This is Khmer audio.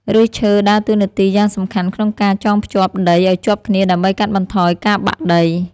ឫសឈើដើរតួនាទីយ៉ាងសំខាន់ក្នុងការចងភ្ជាប់ដីឱ្យជាប់គ្នាដើម្បីកាត់បន្ថយការបាក់ដី។